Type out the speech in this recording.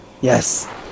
Yes